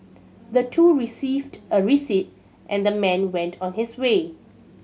the two received a receipt and the man went on his way